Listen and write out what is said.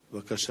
בבקשה.